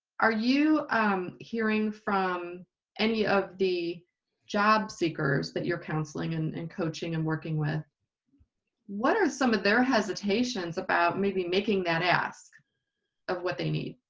are you hearing from any of the job seekers that you're counseling and and coaching and working with what are some of their hesitations about maybe making that ask of what they need?